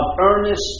earnest